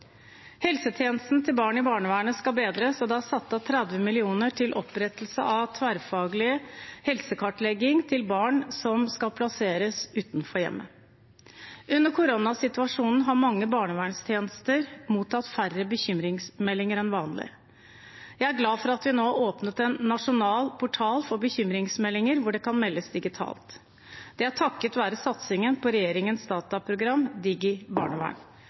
Helsetjenesten til barn i barnevernet skal bedres, og det er satt av 30 mill. kr til opprettelse av tverrfaglig helsekartlegging til barn som skal plasseres utenfor hjemmet. Under koronasituasjonen har mange barnevernstjenester mottatt færre bekymringsmeldinger enn vanlig. Jeg glad for at vi nå har åpnet en nasjonal portal for bekymringsmeldinger, hvor det kan meldes digitalt. Det er takket være satsingen på regjeringens dataprogram,